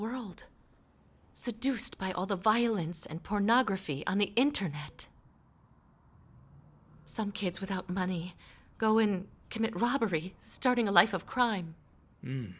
world seduced by all the violence and pornography on the internet some kids without money go and commit robbery starting a life of crime